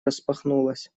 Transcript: распахнулась